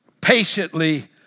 patiently